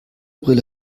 brille